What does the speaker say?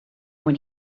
when